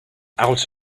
out